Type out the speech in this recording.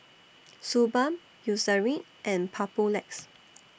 Suu Balm Eucerin and Papulex